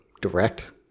direct